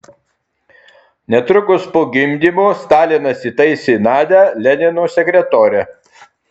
netrukus po gimdymo stalinas įtaisė nadią lenino sekretore